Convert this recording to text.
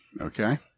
okay